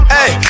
Hey